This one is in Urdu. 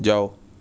جاؤ